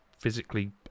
Physically